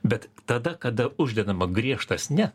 bet tada kada uždedama griežtas ne